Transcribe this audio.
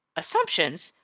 assumptions,